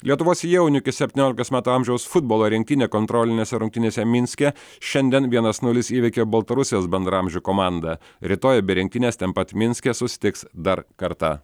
lietuvos jaunių iki septyniolikos metų amžiaus futbolo rinktinė kontrolinėse rungtynėse minske šiandien vienas nulis įveikė baltarusijos bendraamžių komandą rytoj be rinktinės ten pat minske susitiks dar kartą